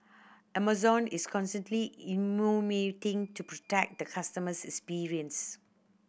Amazon is constantly innovating to protect the customers experience